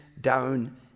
down